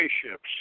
spaceships